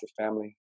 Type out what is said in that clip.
family